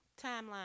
timeline